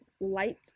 light